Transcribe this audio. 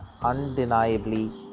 undeniably